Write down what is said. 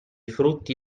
frutti